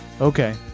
Okay